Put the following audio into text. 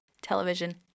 television